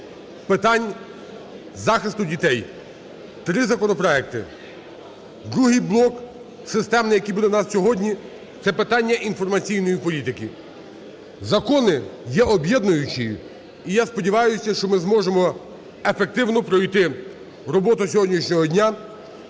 питань захисту дітей. Три законопроекти. Другий блок, системний, який буде у нас сьогодні, - це питання інформаційної політики. Закони є об'єднуючі, і я сподіваюся, що ми зможемо ефективно пройти роботу сьогоднішнього дня.